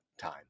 time